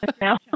now